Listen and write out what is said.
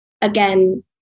again